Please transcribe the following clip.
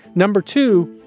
number two,